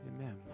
Amen